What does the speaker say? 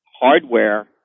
hardware